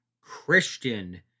Christian